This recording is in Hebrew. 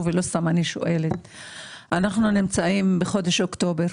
אנחנו נמצאים בחודש אוקטובר,